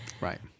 Right